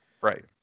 Right